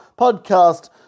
podcast